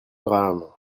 grammes